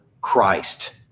Christ